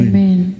Amen